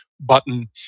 button